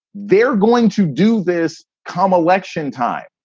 they're going to do this. come election time.